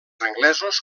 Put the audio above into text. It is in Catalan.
anglesos